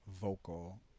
vocal